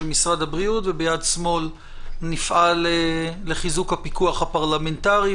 משרד הבריאות וביד שמאל נפעל לחיזוק הפיקוח הפרלמנטרי,